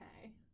okay